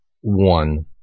one